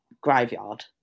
graveyard